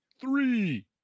three